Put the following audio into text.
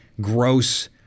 gross